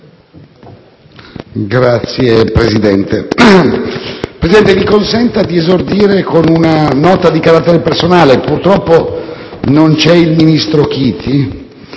Signor Presidente, mi consenta di esordire con una nota di carattere personale; purtroppo non c'è il ministro Chiti,